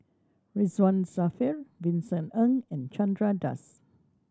Ridzwan Dzafir Vincent Ng and Chandra Das